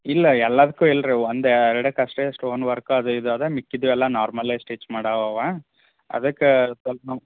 ಇಲ್ಲ ಎಲ್ಲಾದಕ್ಕು ಇಲ್ರಿ ಒಂದು ಎರಡಕ್ಕೆ ಅಷ್ಟೇ ಸ್ಟೋನ್ ವರ್ಕು ಅದು ಇದು ಅದಾ ಮಿಕ್ಕಿದ್ದು ಎಲ್ಲ ನಾರ್ಮಲ್ಲೇ ಸ್ಟಿಚ್ ಮಾಡೋವ್ ಅವಾ ಅದಕ್ಕೆ ಸ್ವಲ್ಪ್ ನಮ್ಮ